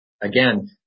Again